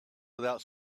without